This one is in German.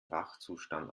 wachzustand